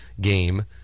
game